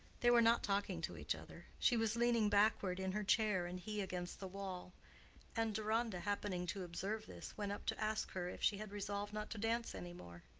they were not talking to each other she was leaning backward in her chair, and he against the wall and deronda, happening to observe this, went up to ask her if she had resolved not to dance any more.